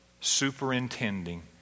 superintending